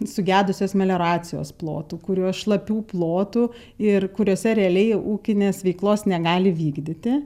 sugedusios melioracijos plotų kuriuos šlapių plotų ir kuriose realiai ūkinės veiklos negali vykdyti